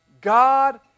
God